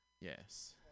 yes